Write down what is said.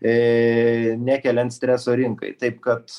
e nekeliant streso rinkai taip kad